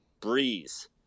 Breeze